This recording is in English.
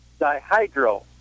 Dihydro